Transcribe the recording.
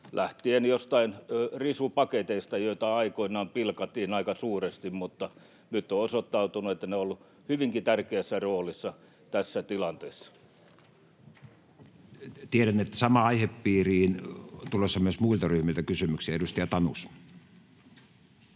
lähtien jostain risupaketeista, joita aikoinaan pilkattiin aika suuresti, mutta nyt on osoittautunut, että ne ovat olleet hyvinkin tärkeässä roolissa tässä tilanteessa. Edustaja Tanus. Arvoisa puhemies! Suomalaiset seuraavat